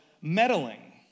meddling